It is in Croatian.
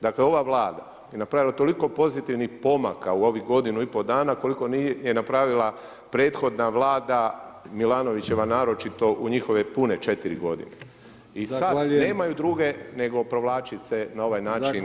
Dakle, ova Vlada je napravila toliko pozitivnih pomaka u ovih godinu i pol dana, koliko nije napravila prethodna vlada Milanovićeva, naročito u njihove pune 4 g. I sad nemaju druge, nego provlačiti se na ovaj način … dobro.